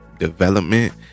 development